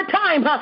time